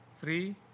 Three